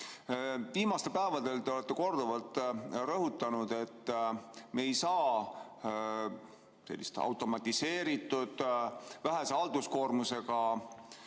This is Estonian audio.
Viimastel päevadel te olete korduvalt rõhutanud, et me ei saa sellist automatiseeritud vähese halduskoormusega